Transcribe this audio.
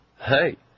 Hey